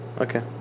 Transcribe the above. Okay